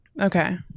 Okay